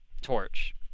torch